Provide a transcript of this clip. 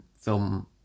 film